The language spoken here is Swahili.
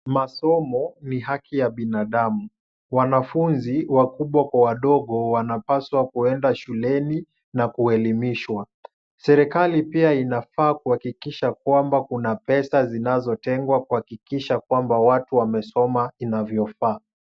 Masomo ni haki ya binadamu. Wanafunzi wakubwa kwa wadogo wanapaswa kuenda shuleni na kuelimishwa . Serikali pia inafaa kuhakikisha kwamba kuna pesa zinazotengwa kuhakikisha kwamba watu wamesoma inavyofaa.